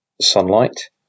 sunlight